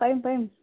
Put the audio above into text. পাৰিম পাৰিম